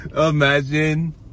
Imagine